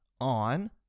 on